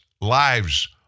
lives